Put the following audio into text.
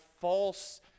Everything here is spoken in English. false